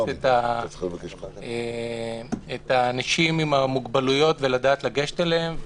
את האנשים עם המוגבלויות ולדעת לגשת אליהם.